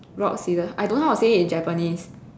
rocks scissors I don't know how to say it in Japanese